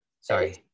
sorry